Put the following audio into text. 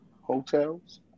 Hotels